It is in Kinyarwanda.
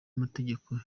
amategeko